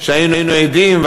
שהיינו עדים לה,